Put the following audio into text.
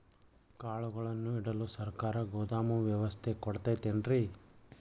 ಕಾಳುಗಳನ್ನುಇಡಲು ಸರಕಾರ ಗೋದಾಮು ವ್ಯವಸ್ಥೆ ಕೊಡತೈತೇನ್ರಿ?